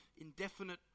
indefinite